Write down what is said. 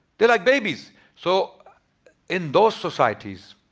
they're like babies. so in those societies.